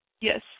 yes